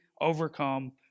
overcome